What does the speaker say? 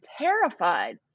terrified